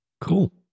Cool